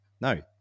no